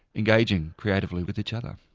engaging creatively with each other.